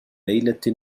ليلة